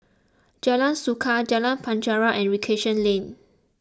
Jalan Suka Jalan Penjara and Recreation Lane